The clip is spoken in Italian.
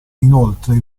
inoltre